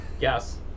Yes